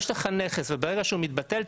יש לך נכס וברגע שהוא מתבטל,